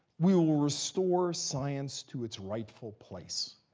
we will restore science to its rightful place.